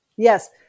Yes